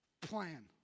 plan